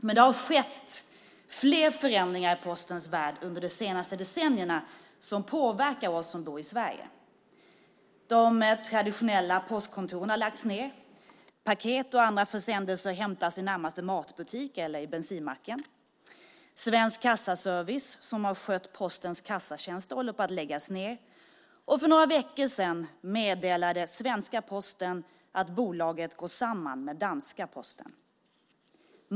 Men det har skett flera förändringar i Postens värld under de senaste decennierna som påverkar oss som bor i Sverige. De traditionella postkontoren har lagts ned. Paket och andra försändelser hämtas i närmaste matbutik eller på bensinmacken. Svensk Kassaservice, som har skött Postens kassatjänster, håller på att läggas ned. Och för några veckor sedan meddelade svenska Posten att bolaget går samman med danska Posten.